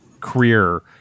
career